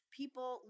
people